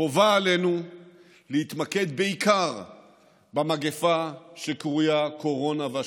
חובה עלינו להתמקד בעיקר במגפה שקרויה קורונה ובהשלכותיה.